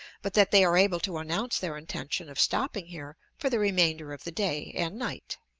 but that they are able to announce their intention of stopping here for the remainder of the day, and night.